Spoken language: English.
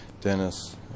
Dennis